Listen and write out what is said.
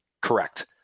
Correct